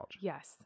Yes